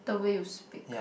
the way you speak